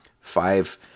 five